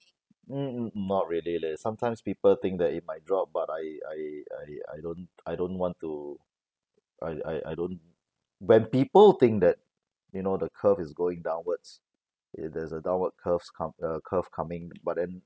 mm mm mm not really leh sometimes people think that it might drop but I I I I don't I don't want to I I I don't when people think that you know the curves is going downwards if there's a downward curves come uh curve coming but then